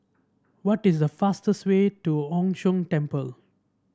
what is the fastest way to Chu Sheng Temple